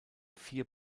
vier